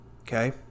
okay